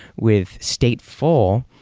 with statefull,